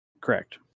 Correct